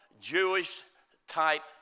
Jewish-type